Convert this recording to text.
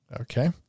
Okay